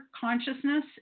consciousness